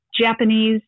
Japanese